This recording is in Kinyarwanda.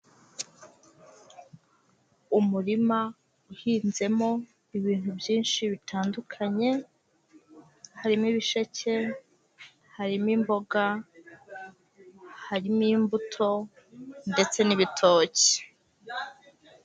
Umurima uhinzemo ibintu byinshi bitandukanye, harimo ibisheke, harimo imboga, harimo imbuto ndetse n'ibitoki.